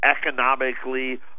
economically